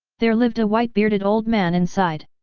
there lived a white-bearded old man inside?